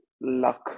luck